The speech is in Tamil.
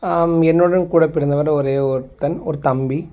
என்னுடன் கூட பிறந்தவர் ஒரே ஒருத்தன் ஒரு தம்பி